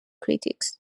critics